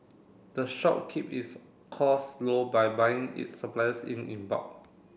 the shop keep its cost low by buying its suppliers in in bulk